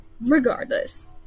Regardless